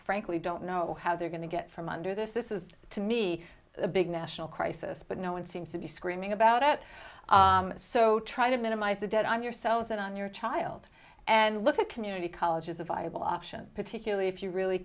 frankly don't know how they're going to get from under this this is to me a big national crisis but no one seems to be screaming about it so try to minimize the debt i'm yourselves at on your child and look at community college is a viable option particularly if you really